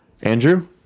Andrew